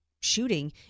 shooting